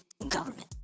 government